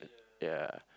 ya